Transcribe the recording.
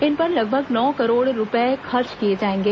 इन पर लगभग नौ करोड़ रूपए खर्च किए जाएंगे